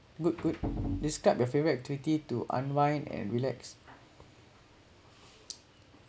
good good describe your favorite activity to unwind and relax